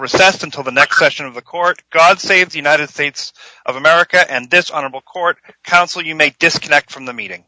recessed until the next session of the court god save the united states of america and this honorable court counsel you may disconnect from the meeting